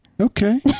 Okay